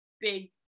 big